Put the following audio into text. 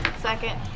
Second